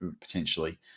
potentially